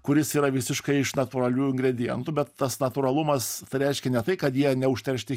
kuris yra visiškai iš natūralių ingredientų tas natūralumas reiškia ne tai kad jie neužteršti